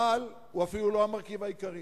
אבל הוא אפילו לא המרכיב העיקרי.